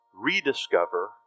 rediscover